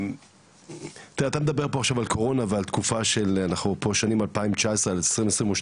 אתה מדבר על קורונה ועל השנים 2019-2022,